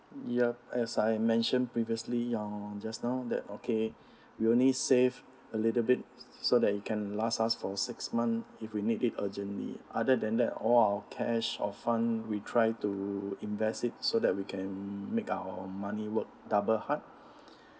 yup as I mentioned previously um just now that okay we only save a little bit so that it can last us for six month if we need it urgently other than that all our cash or fund we try to invest it so that we can make our money work double hard